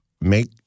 make